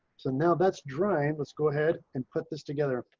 so now that's drying. let's go ahead and put this together.